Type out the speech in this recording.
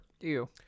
Ew